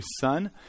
Son